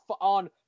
on